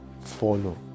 follow